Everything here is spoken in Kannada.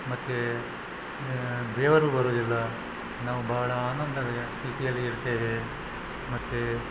ಮತ್ತು ಬೆವರು ಬರುವುದಿಲ್ಲ ನಾವು ಬಹಳ ಆನಂದದ ಸ್ಥಿತಿಯಲ್ಲಿ ಇರ್ತೇವೆ ಮತ್ತೆ